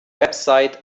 website